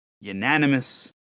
Unanimous